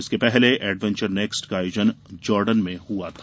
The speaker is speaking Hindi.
इसके पहले एडवेंचर नेक्स्ट का आयोजन जॉर्डन में हुआ था